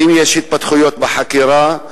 2. האם יש התפתחויות בחקירה,